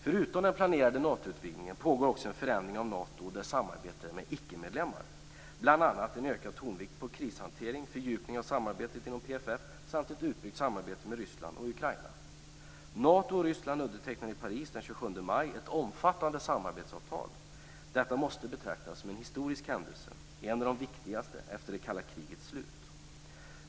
Förutom den planerade Natoutvidgningen pågår en förändring av Nato vad gäller samarbete med icke-medlemmar, bl.a. en ökad tonvikt på krishantering, fördjupning av samarbetet inom PFF samt ett utbyggt samarbete med Ryssland och Ukraina. maj ett omfattande samarbetsavtal. Detta måste betraktas som en historisk händelse, en av de viktigaste efter det kalla krigets slut.